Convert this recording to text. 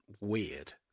weird